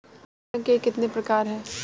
बीमे के कितने प्रकार हैं?